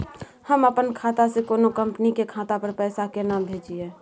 हम अपन खाता से कोनो कंपनी के खाता पर पैसा केना भेजिए?